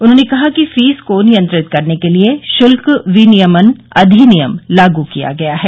उन्होंने कहा कि फीस को नियंत्रित करने के लिये शुल्क विनियमन अधिनियम लागू किया गया है